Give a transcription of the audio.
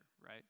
right